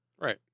Right